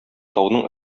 тауның